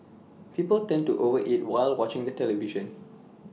people tend to over eat while watching the television